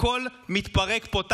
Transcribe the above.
הכול מתפרק פה,